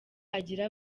agira